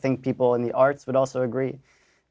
think people in the arts would also agree